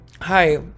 Hi